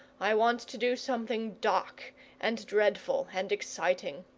i want to do something dark and dreadful and exciting.